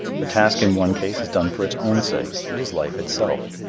the task in one case is done for its own sake. it is life itself.